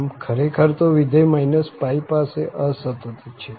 આમ ખરેખર તો વિધેય π પાસે અસતત છે